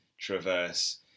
traverse